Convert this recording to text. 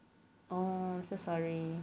oh so sorry